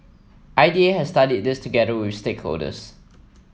I D A has studied this together with stakeholders